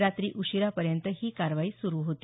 रात्री उशिरापर्यंत ही कारवाई सुरू होती